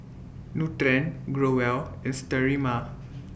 Nutren Growell and Sterimar